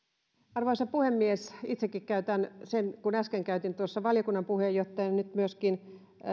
arvoisa puhemies itsekin käytän puheenvuoron kun äsken käytin valiokunnan puheenjohtajana nyt myöskin